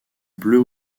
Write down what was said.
bleu